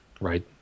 right